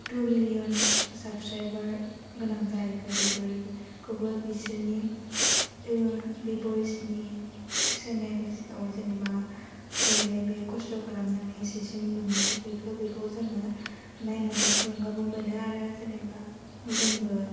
two millions subscriber गोनां जाहैखो बेफोरखौबो बेसोरनि बि बयसनि चेनेलआव जेनेबा बोरैहाय बे खस्थ' खालामनानै एसेसिम सोफैखो बेखौ जोङो नायनानै थुलुंगाबो मोनो आरो जेनेबा जोंबो